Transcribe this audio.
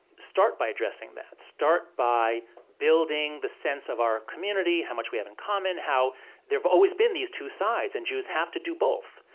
start by addressing that. start by building the sense of our community, how much we have in common, how there've always been these two sides. and jews have to do both.